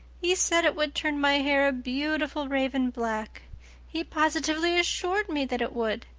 he said it would turn my hair a beautiful raven black he positively assured me that it would.